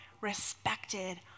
respected